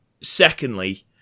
secondly